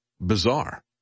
bizarre